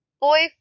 boy